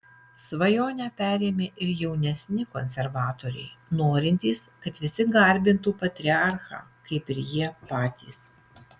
svajonę perėmė ir jaunesni konservatoriai norintys kad visi garbintų patriarchą kaip ir jie patys